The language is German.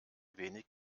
wenig